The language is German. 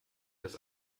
des